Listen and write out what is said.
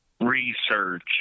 research